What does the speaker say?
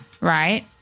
right